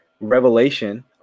revelation